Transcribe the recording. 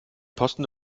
posten